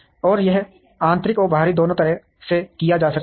और यह आंतरिक और बाहरी दोनों तरह से किया जा सकता है